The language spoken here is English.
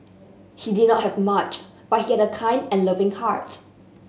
he did not have much but he had a kind and loving heart